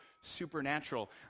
supernatural